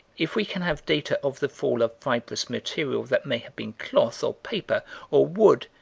if we can have data of the fall of fibrous material that may have been cloth or paper or wood,